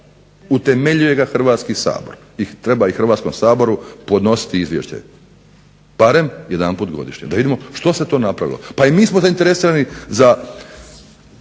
utemeljuje Hrvatski sabor i treba i Hrvatskom saboru ponositi izvješće barem jednom godišnje, da vidimo što se to napravilo. Pa i mi smo zainteresirani za